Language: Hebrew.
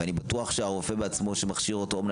ואני בטוח שהרופא שמכשיר אותו או מנהל